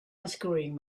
unscrewing